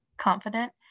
confident